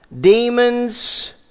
demons